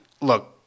look